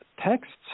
texts